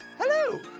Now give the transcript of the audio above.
Hello